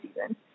season